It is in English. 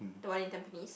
the one in tampines